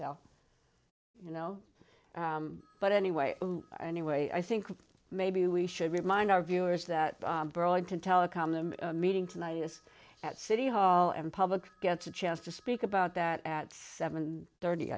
tell you know but anyway anyway i think maybe we should remind our viewers that burlington telecom them meeting tonight is at city hall and public gets a chance to speak about that at seven thirty